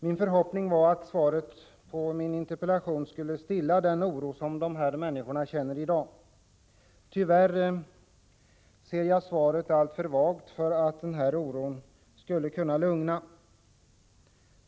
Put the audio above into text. Min förhoppning var att svaret på min interpellation skulle stilla den oro dessa människor i dag känner. Tyvärr ser jag svaret som alltför vagt för att kunna lugna.